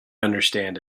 understand